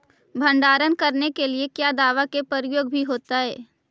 भंडारन करने के लिय क्या दाबा के प्रयोग भी होयतय?